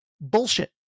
bullshit